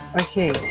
Okay